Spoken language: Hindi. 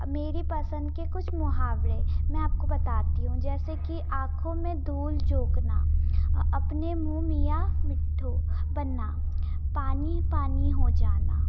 मेरी पसंद के कुछ मुहावरे मैं आपको बताती हूँ जैसे कि आँखों में धूल झोंकना अपने मुंह मियां मिट्ठू बनना पानी पानी हो जाना